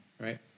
right